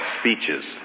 speeches